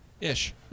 Ish